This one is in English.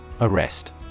Arrest